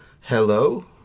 hello